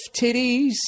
titties